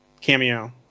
cameo